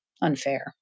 unfair